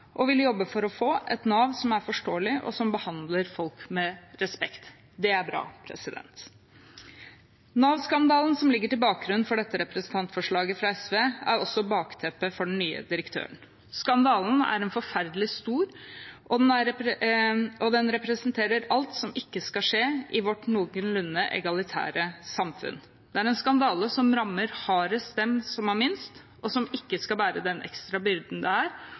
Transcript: og ville jobbe for å få – et Nav som er forståelig, og som behandler folk med respekt. Det er bra. Nav-skandalen, som ligger som bakgrunn for dette representantforslaget fra SV, er også bakteppe for den nye direktøren. Skandalen er forferdelig stor, og den representerer alt som ikke skal skje i vårt noenlunde egalitære samfunn. Det er en skandale som rammer hardest dem som har minst, og som ikke skal bære den ekstra byrden det er